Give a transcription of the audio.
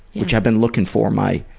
which i've been looking for my,